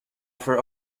buffer